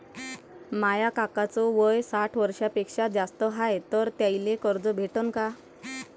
माया काकाच वय साठ वर्षांपेक्षा जास्त हाय तर त्याइले कर्ज भेटन का?